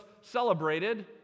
celebrated